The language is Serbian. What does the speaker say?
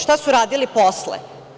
Šta su radili posle?